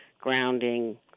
grounding